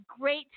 great